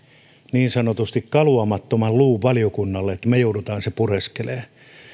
niin sanotusti kaluamattoman luun valiokunnalle ja me joudumme sen pureskelemaan